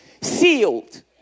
sealed